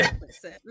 Listen